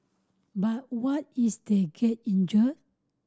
but what is they get injured